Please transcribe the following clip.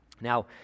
Now